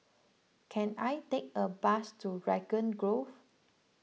can I take a bus to Raglan Grove